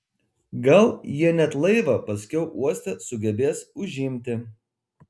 gal jie net laivą paskiau uoste sugebės užimti